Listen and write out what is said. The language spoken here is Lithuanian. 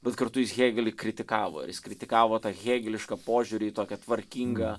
bet kartu jis hėgelį kritikavo ir jis kritikavo tą hėgelišką požiūrį į tokią tvarkingą